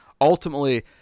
Ultimately